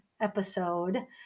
episode